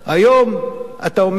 היום אתה עומד